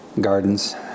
gardens